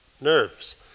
nerves